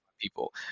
people